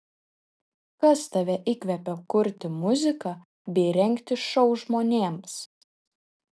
kas tave įkvepia kurti muziką bei rengti šou žmonėms